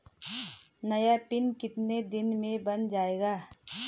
नया पिन कितने दिन में बन जायेगा?